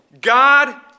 God